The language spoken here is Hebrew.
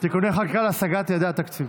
(תיקוני חקיקה להשגת יעדי התקציב.